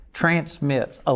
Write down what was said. transmits